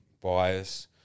Bias